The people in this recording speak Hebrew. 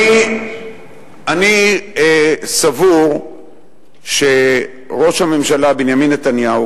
אני סבור שראש הממשלה בנימין נתניהו,